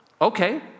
okay